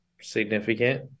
significant